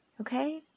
okay